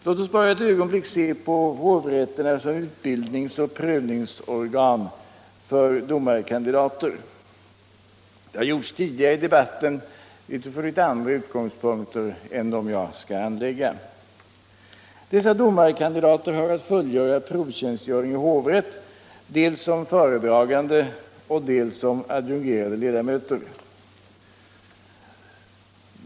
Låt oss bara ett ögonblick se på hovrätterna som utbildningsoch prövningsorgan för domarkandidater. Det har tidigare i debatten gjorts från andra utgångspunkter än dem jag skall anlägga. Dessa domarkandidater har att fullgöra provtjänstgöring vid hovrätt dels som föredragande, dels som adjungerade ledamöter.